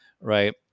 Right